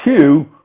two